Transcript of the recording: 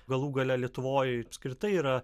galų gale lietuvoj apskritai yra